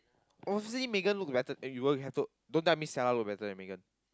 obviously Megan look better eh you will have to don't tell me Stella look better than Megan